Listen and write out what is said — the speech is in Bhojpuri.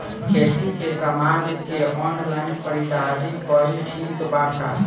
खेती के समान के ऑनलाइन खरीदारी कइल ठीक बा का?